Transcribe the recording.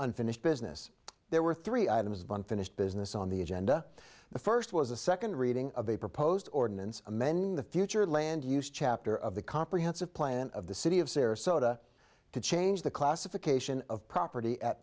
unfinished business there were three items of unfinished business on the agenda the first was a second reading of a proposed ordinance amend the future land use chapter of the comprehensive plan of the city of sarasota to change the classification of property at